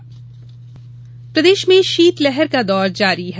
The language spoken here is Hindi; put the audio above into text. मौसम प्रदेश में शीतलहर का दौर जारी है